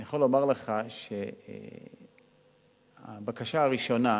אני יכול לומר לך שהבקשה הראשונה,